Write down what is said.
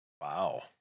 Wow